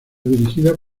dirigida